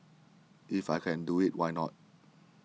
if I can do it why not